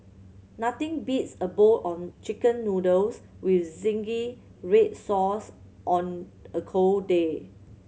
nothing beats a bowl of Chicken Noodles with zingy red sauce on a cold day